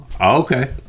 okay